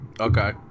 Okay